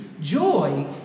Joy